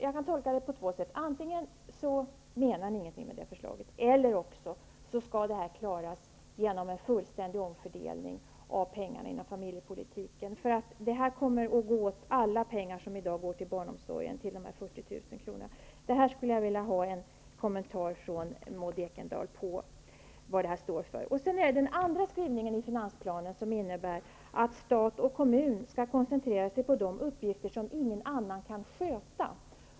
Man kan göra två tolkningar. Antingen menar ni ingenting med ert förslag, eller också skall bidraget finansieras genom en fullständig omfördelning av pengarna inom familjepolitiken. Alla pengar som i dag går till barnomsorgen kommer att gå åt till detta bidrag på 40 000 kr. Jag skulle vilja att Maud Ekendahl kommenterade vad det här står för. Den andra skrivningen i finansplanen innebär att stat och kommun skall koncentrera sig på de uppgifter som ingen annan kan sköta.